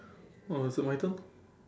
or is it my turn